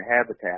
habitat